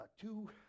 two